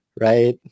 right